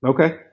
Okay